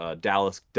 Dallas